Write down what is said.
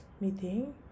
meeting